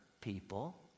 people